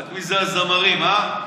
רק מי זה הזמרים, אה?